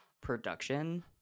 production